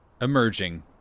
emerging